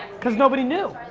cause nobody knew.